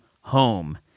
home